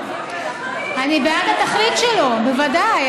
אני בעד התכלית שלו, בוודאי.